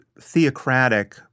theocratic